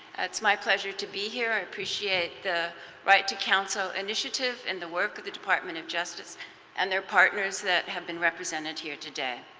my pleasure to be here. i appreciate the right to counsel initiative in the work of the department of justice and their partners that have been represented today.